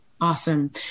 Awesome